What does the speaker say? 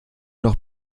noch